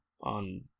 on